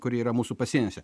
kuri yra mūsų pasieniuose